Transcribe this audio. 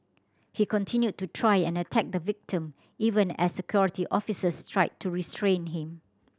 he continued to try and attack the victim even as Security Officers tried to restrain him